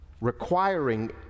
requiring